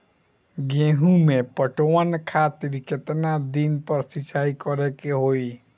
गेहूं में पटवन खातिर केतना दिन पर सिंचाई करें के होई?